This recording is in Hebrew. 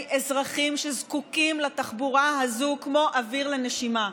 אזרחים שזקוקים לתחבורה הזו כמו אוויר לנשימה.